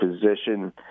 position